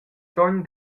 sogn